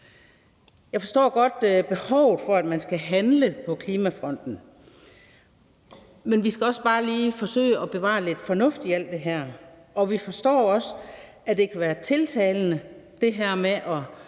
Jeg forstår godt behovet for, at man skal handle på klimafronten, men vi skal også bare lige forsøge at bevare lidt fornuft i alt det her. Jeg forstår også, at det her med at